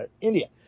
India